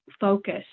focus